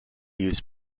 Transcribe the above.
used